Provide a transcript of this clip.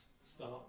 start